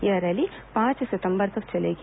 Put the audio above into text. यह रैली पांच सितंबर तक चलेगी